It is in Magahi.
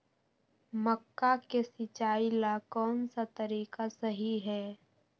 मक्का के सिचाई ला कौन सा तरीका सही है?